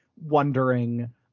wondering